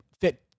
fit